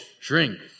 drink